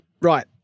right